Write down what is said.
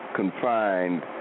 confined